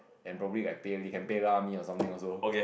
and probably I pay you can pay lah me or something also